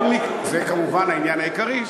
זה כמובן העניין העיקרי.